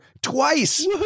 twice